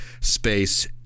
Space